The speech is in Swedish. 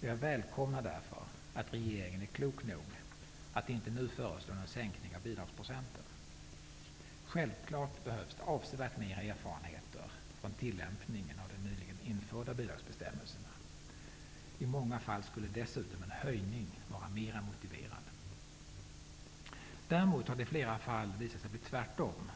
Jag välkomnar därför att regeringen är klok nog att inte nu föreslå någon sänkning av bidragsprocenten. Självfallet behövs det avsevärt fler erfarenheter från tillämpningen av de nyligen införda bidragsbestämmelserna. I många fall skulle dessutom en höjning vara mer motiverad. Däremot har det i flera fall visat sig bli tvärtom, dvs.